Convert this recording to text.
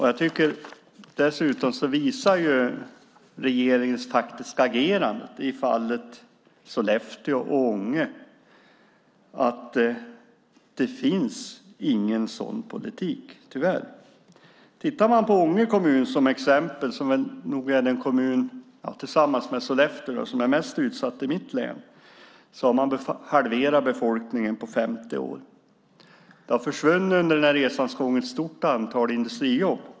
Jag tycker dessutom att regeringens faktiska agerande i fallet Sollefteå och Ånge visar att det tyvärr inte finns någon sådan politik. Tittar man på till exempel Ånge kommun, som nog är den kommun som - tillsammans med Sollefteå - är mest utsatt i mitt län, kan man se att befolkningen har halverats på 50 år. Det har under resans gång försvunnit ett stort antal industrijobb.